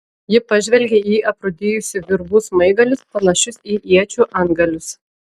ji pažvelgė į aprūdijusių virbų smaigalius panašius į iečių antgalius